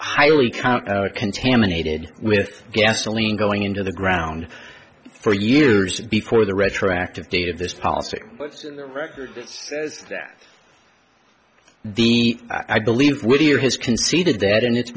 highly contaminated with gasoline going into the ground for years before the retroactive dated this policy that the i believe we're here has conceded that and it's